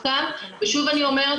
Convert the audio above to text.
ושוב אני אומרת,